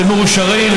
ומאושרים.